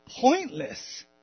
pointless